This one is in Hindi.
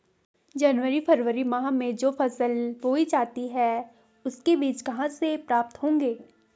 जनवरी फरवरी माह में जो फसल बोई जाती है उसके बीज कहाँ से प्राप्त होंगे?